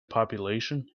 population